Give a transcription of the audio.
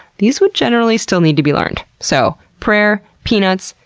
these would generally still need to be learned. so prayer, peanuts,